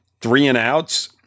three-and-outs